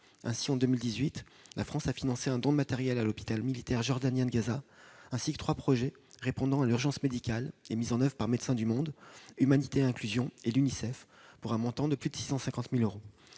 Ainsi, en 2018, nous avons financé un don de matériel à l'hôpital militaire jordanien de Gaza, ainsi que trois projets répondant à l'urgence médicale et mis en oeuvre par Médecins du monde, Humanité & Inclusion et l'UNICEF, pour un montant de plus de 650 000 euros.